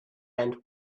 end